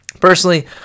Personally